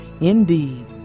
Indeed